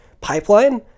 pipeline